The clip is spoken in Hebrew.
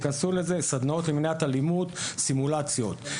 תיכנסו לזה, סדנאות למניעת אלימות סימולציות.